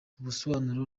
ubusobanuro